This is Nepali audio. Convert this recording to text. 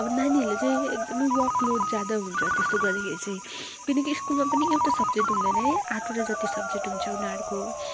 अब नानीहरूले चाहिँ एकदमै वर्क लोड ज्यादा हुन्छ त्यस्तो गर्दाखेरि चाहिँ किनकि स्कलमा पनि एउटा सब्जेक्ट हुँदैन है आठवटा जति सब्जेक्ट हुन्छ उनीहरूको